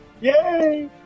Yay